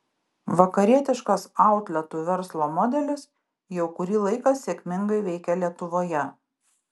vakarietiškas outletų verslo modelis jau kurį laiką sėkmingai veikia lietuvoje